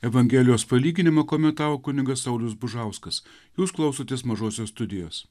evangelijos palyginimą komentavo kunigas saulius bužauskas jūs klausotės mažosios studijos